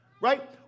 Right